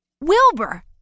Wilbur